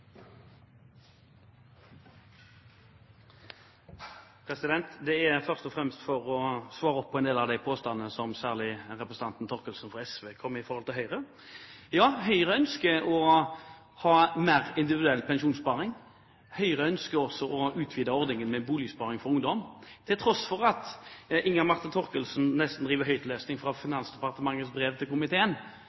særlig representanten Thorkildsen fra SV kom med om Høyre. Ja, Høyre ønsker å ha mer individuell pensjonssparing. Høyre ønsker også å utvide ordningen med Boligsparing for ungdom, til tross for at Inga Marte Thorkildsen nesten driver høytlesning fra Finansdepartementets brev til komiteen